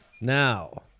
Now